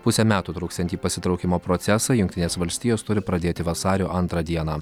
pusę metų truksiantį pasitraukimo procesą jungtinės valstijos turi pradėti vasario antrą dieną